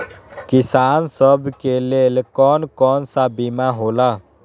किसान सब के लेल कौन कौन सा बीमा होला?